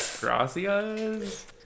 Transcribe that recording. Gracias